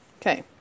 Okay